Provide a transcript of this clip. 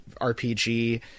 RPG